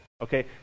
okay